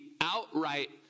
outright